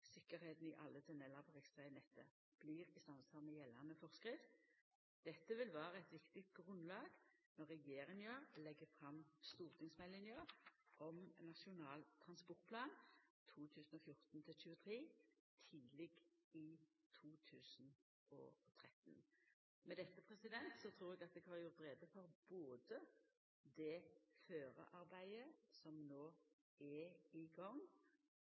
i alle tunnelar på riksvegnettet blir i samsvar med gjeldande forskrift. Dette vil vera eit viktig grunnlag når regjeringa legg fram stortingsmeldinga om Nasjonal transportplan 2014–2023 tidleg i 2013. Med dette trur eg at eg har gjort greie for både det forarbeidet som no er i gang,